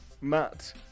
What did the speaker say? Matt